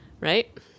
Right